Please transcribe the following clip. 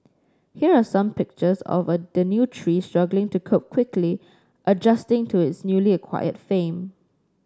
here are some pictures of a the new tree struggling to cope quickly adjusting to its newly acquired fame